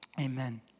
Amen